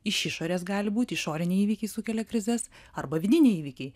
iš išorės gali būti išoriniai įvykiai sukelia krizes arba vidiniai įvykiai